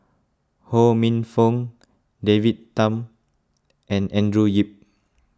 Ho Minfong David Tham and Andrew Yip